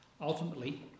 Ultimately